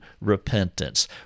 repentance